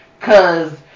...cause